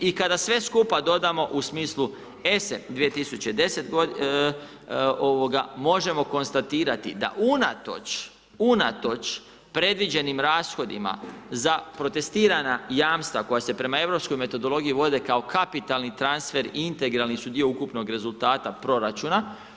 I kada sve skupa dodamo u smislu ESA-e 2010. možemo konstatirati da unatoč, unatoč predviđenim rashodima za protestirana jamstva koja se prema europskoj metodologiji vode kao kapitalni transfer i integralni su dio ukupnog rezultata proračuna.